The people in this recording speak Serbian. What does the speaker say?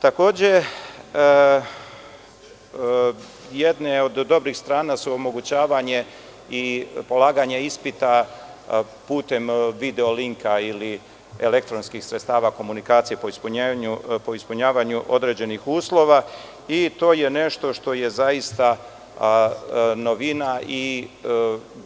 Takođe, jedna od dobrih strana je omogućavanje polaganja ispita putem video linkaili elektronskih sredstava komunikacije po ispunjavanju određenih uslova i to je nešto što je zaista novina i